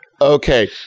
Okay